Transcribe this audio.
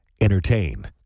Entertain